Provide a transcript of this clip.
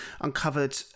uncovered